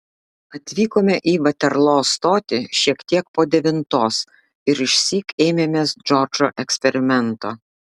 atvykome į vaterlo stotį šiek tiek po devintos ir išsyk ėmėmės džordžo eksperimento